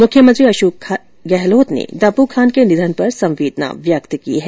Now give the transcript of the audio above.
मुख्यमंत्री अशोक गहलोत ने दपु खान के निधन पर संवेदनाए व्यक्त की है